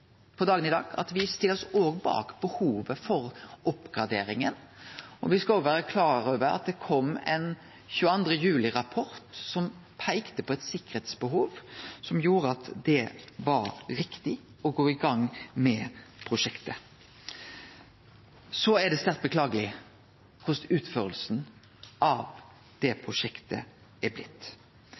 på dagen i dag at me stiller oss òg bak behovet for oppgraderinga. Me skal òg vere klare over at det kom ein 22. juli-rapport som peikte på eit sikkerheitsbehov som gjorde at det var riktig å gå i gang med prosjektet. Så er det sterkt beklageleg korleis utføringa av prosjektet har blitt. I dag vil eg vere tydeleg på at Kristeleg Folkeparti er